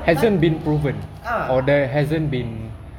kan ah